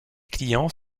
clients